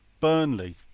Burnley